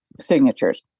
signatures